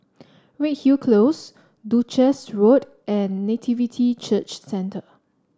Redhill Close Duchess Walk and Nativity Church Centre